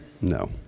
No